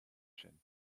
sin